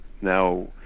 now